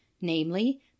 namely